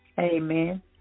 Amen